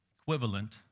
equivalent